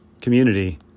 community